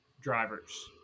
drivers